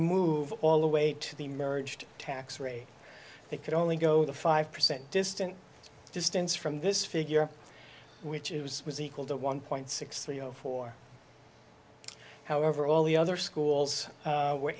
move all the way to the merged tax rate they could only go the five percent distant distance from this figure which it was was equal to one point six three zero four however all the other schools were